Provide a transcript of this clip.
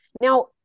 Now